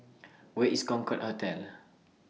Where IS Concorde Hotel